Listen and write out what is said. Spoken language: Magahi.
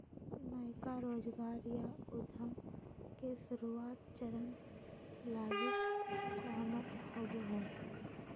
नयका रोजगार या उद्यम के शुरुआत चरण लगी सहमत होवो हइ